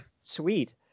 sweet